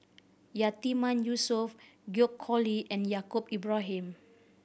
Yatiman Yusof George Collyer and Yaacob Ibrahim